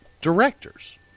directors